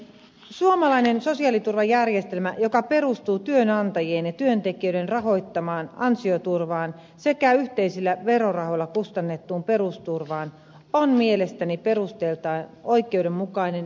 suomalainen sosiaaliturvajärjestelmä joka perustuu työnantajien ja työntekijöiden rahoittamaan ansioturvaan sekä yhteisillä verorahoilla kustannettuun perusturvaan on mielestäni perusteiltaan oikeudenmukainen ja kestävä